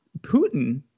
Putin